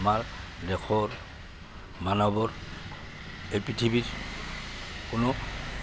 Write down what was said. আমাৰ দেশৰ মানৱৰ এই পৃথিৱীৰ কোনো